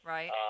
Right